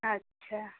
अच्छा